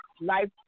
life